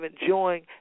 enjoying